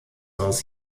aus